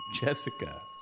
Jessica